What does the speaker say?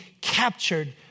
captured